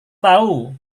tahu